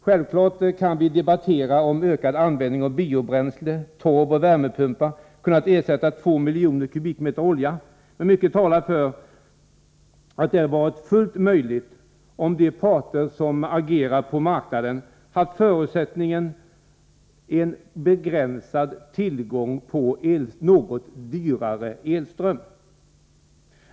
Självfallet kan vi debattera om huruvida ökad användning av biobränsle, torv och värmepumpar kunnat ersätta 2 miljoner m? olja, men mycket talar för att det varit fullt möjligt, om de parter som agerar på marknaden haft som förutsättning en begränsad tillgång på något dyrare elström.